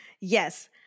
Yes